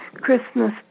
Christmas